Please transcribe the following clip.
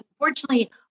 unfortunately